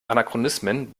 anachronismen